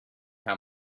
how